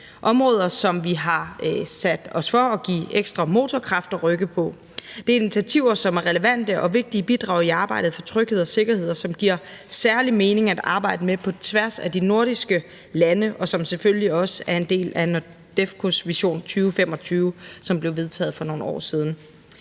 områder, som vi har sat os for at give ekstra motorkraft og rykke på. Det er initiativer, som er relevante og vigtige bidrag i arbejdet for tryghed og sikkerhed, og som giver særlig mening at arbejde med på tværs af de nordiske lande, og som selvfølgelig også er en del af NORDEFCOs vision for 2025, som blev vedtaget for nogle år siden.